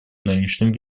нынешнем